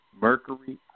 Mercury